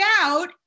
out